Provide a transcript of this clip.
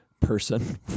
person